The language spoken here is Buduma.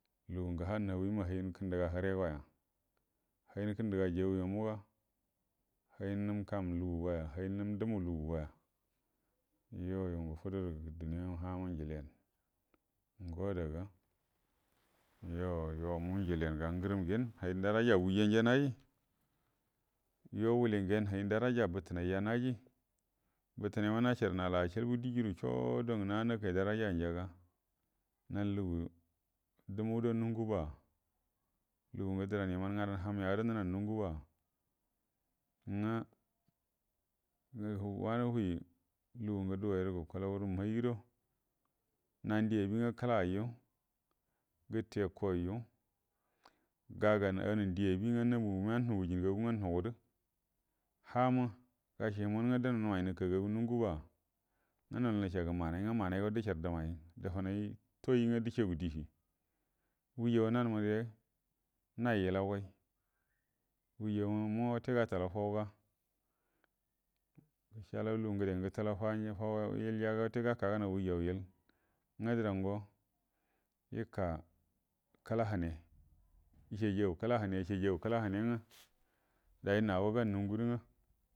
Lungə ha nawima hainə kəndəga hiregoya hainə kəndəga jauyo muga hainə num kam lugugoya hainə num dumu lugu gaya yoyu ngə fuduru duniyama hama njiliyanə ngo adaga yo yomu nji liyanə ga ngəram ngen hayinə daraja njanaja naji yo wuli nganə hainə daraja bətənaija naji hətənaima nacharə anal ashulbu diben choot rangə naga nakai darajanjaga nan lugu dumgo nunguba lugu ngə dəran yimanadanə hamja gado nuhə nungu ba nga wi wanə wi lugu ngə dugairo gukulaurə maido nanə di abi nga kəlayiju gətekuwaiju gaganə enanə di abi nga namugu wiya nuhujin gagu nga nugudə hama gashi hunanga dangə numai nukagagu nungu ba nga nol nishagə manai nga wanaigo dishar dəmai dəfənai toyi nga dishagu dishi wujau nanə munire nayi ilagoi wujawama wute gatalau fauga gəshalau lugu ngəde ngə gtalau fou fau yilyaga wute gakagənau wajau yill ngə dərango ika kəlahane ishajagu kəlahane isahjagu kəla hane nga dai nago ganə nungu də nga.